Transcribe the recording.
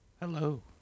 Hello